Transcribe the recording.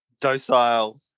docile